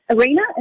arena